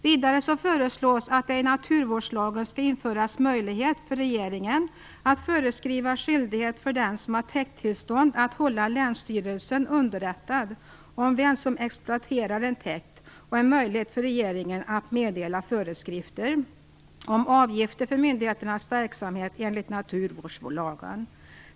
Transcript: Vidare föreslås att det i naturvårdslagen skall införas möjlighet för regeringen dels att föreskriva skyldighet för den som har täkttillstånd att hålla länsstyrelsen underrättad om vem som exploaterar en täkt, dels att meddela föreskrifter om avgifter för myndigheternas verksamhet enligt naturvårdslagen.